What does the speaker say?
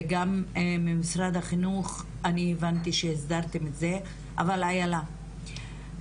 וגם ממשרד החינוך אני הבנתי שאסדרתם את זה אבל איילת,